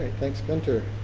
thanks gunter.